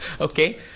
okay